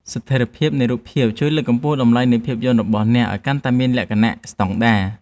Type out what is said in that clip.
ស្ថិរភាពនៃរូបភាពជួយលើកកម្ពស់តម្លៃនៃភាពយន្តរបស់អ្នកឱ្យកាន់តែមានលក្ខណៈស្តង់ដារ។